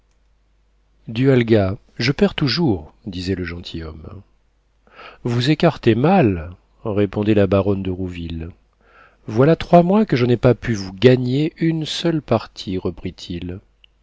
je perds toujours disait le gentilhomme vous écartez mal répondait la baronne de rouville voilà trois mois que je n'ai pas pu vous gagner une seule partie